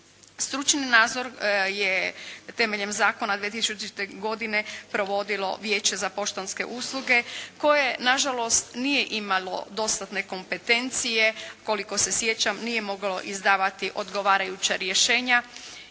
Stručni nadzor je temeljem zakona 2000. provodilo Vijeće za poštanske usluge koje, nažalost, nije imalo dostatne kompetencije. Koliko se sjećam nije moglo izdavati odgovarajuća rješenja